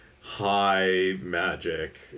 high-magic